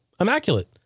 immaculate